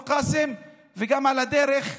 כבשו את כפר קאסם, ועל הדרך גם,